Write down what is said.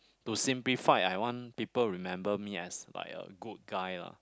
to simplified I want people remember me as like a good guy lah